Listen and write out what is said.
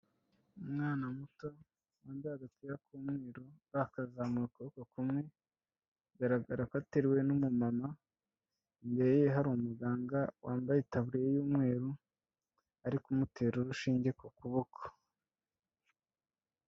Umwana muto wambaye agapira k'umweru bakazamuye ukuboko kumwe, bigaragara ko ateruwe n'umumama, imbere ye hari umuganga wambaye itaburiya y'umweru, ari kumutera urushinge ku kuboko.